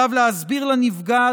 עליו להסביר לנפגע,